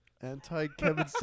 Anti-Kevin